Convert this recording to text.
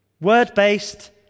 Word-based